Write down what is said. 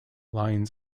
lines